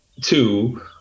two